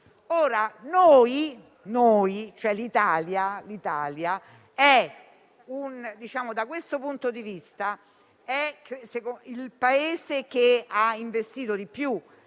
25 per cento. L'Italia da questo punto di vista è il Paese che ha investito di più,